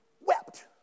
wept